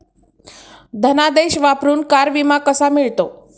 धनादेश वापरून कार विमा कसा मिळतो?